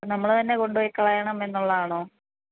നമ്മള് തന്നെ കൊണ്ടുപോയി കളയണം എന്നുള്ളതാണോ